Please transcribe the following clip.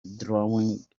drawing